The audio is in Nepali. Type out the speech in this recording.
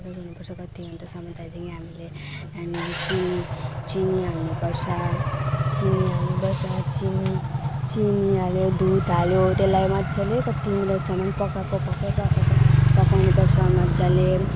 पकाइ गर्नुपर्छ कत्ति घन्टासम्म त्यहाँदेखि हामीले त्यहाँदेखि चिनी चिनी हाल्नुपर्छ चिनी हाल्नुपर्छ चिनी चिनी हाल्यो दुध हाल्यो त्यसलाई मजाले कत्ति मिनटसम्म पकाएको पकाएको पकाउनुपर्छ मजाले